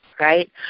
right